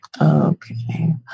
Okay